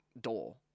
door